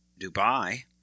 Dubai